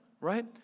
right